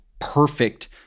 perfect